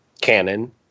canon